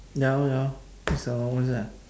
ya lor ya lor it's allowance eh